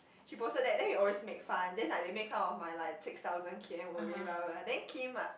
she posted that then we always make fun then like they make fun of my like six thousands K_M away blah blah blah then Kim are